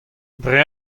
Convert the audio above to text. dre